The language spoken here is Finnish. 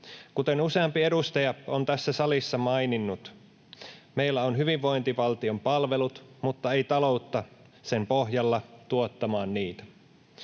Kuten useampi edustaja on tässä salissa maininnut, meillä on hyvinvointivaltion palvelut mutta ei taloutta sen pohjalla tuottamaan niitä.